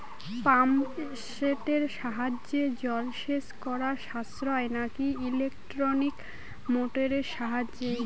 Pump সেটের সাহায্যে জলসেচ করা সাশ্রয় নাকি ইলেকট্রনিক মোটরের সাহায্যে?